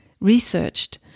researched